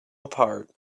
apart